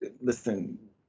listen